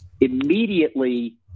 immediately